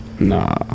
nah